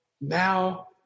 Now